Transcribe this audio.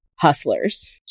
Hustlers